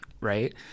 right